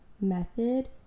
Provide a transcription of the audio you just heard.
method